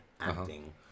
acting